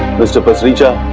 mr. pasricha.